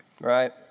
right